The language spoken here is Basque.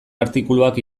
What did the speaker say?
artikuluak